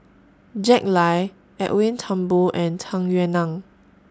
Jack Lai Edwin Thumboo and Tung Yue Nang